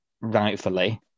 rightfully